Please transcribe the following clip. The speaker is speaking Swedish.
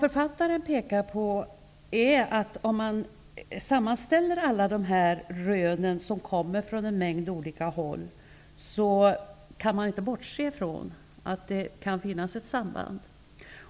Författaren pekar på att om man sammanställer alla dessa rön som kommer från en mängd olika håll, kan man inte bortse ifrån att det kan finnas ett samband.